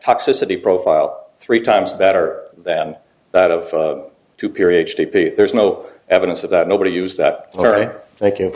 toxicity profile three times better than that of two period there's no evidence of that nobody use that all right thank you